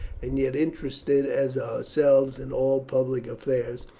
and yet interested as ourselves in all public affairs,